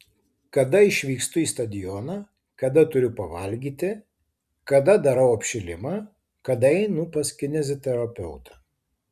kada išvykstu į stadioną kada turiu pavalgyti kada darau apšilimą kada einu pas kineziterapeutą